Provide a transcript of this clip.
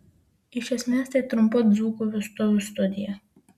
iš esmės tai trumpa dzūkų vestuvių studija